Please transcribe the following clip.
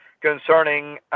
concerning